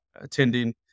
attending